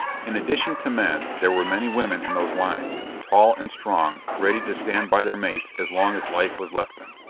in addition to men, there were many women in those lines, tall and strong, ready to stand by their mates as long as life was left them.